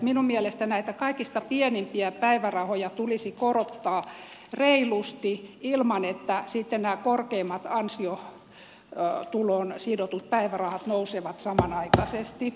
minun mielestäni näitä kaikista pienimpiä päivärahoja tulisi korottaa reilusti ilman että sitten nämä korkeimmat ansiotuloon sidotut päivärahat nousevat samanaikaisesti